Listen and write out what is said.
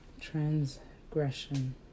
transgression